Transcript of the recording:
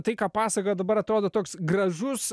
tai ką pasakoja dabar atrodo toks gražus